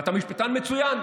ואתה משפטן מצוין,